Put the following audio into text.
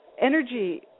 energy